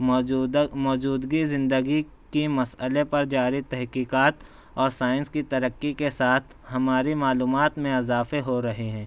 موجودہ موجودگی زندگی کی مسئلے پر جاری تحقیقات اور سائنس کی ترقی کے ساتھ ہماری معلومات میں اضافے ہو رہے ہیں